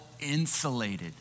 insulated